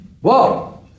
Whoa